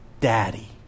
Daddy